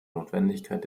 notwendigkeit